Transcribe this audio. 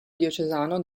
diocesano